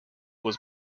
was